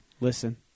Listen